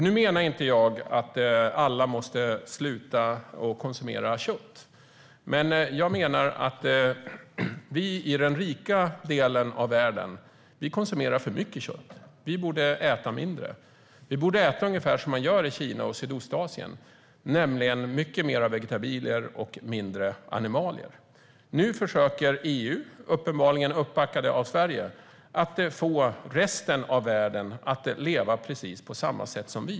Nu menar jag inte att alla måste sluta konsumera kött, men jag menar att vi i den rika delen av världen konsumerar för mycket kött. Vi borde äta mindre kött. Vi borde äta ungefär som man gör i Kina och Sydostasien, nämligen mycket mer vegetabilier och mindre animalier. Nu försöker EU uppenbarligen, uppbackade av Sverige, få resten av världen att leva precis på samma sätt som vi.